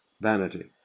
vanity